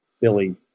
Billy